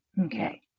Okay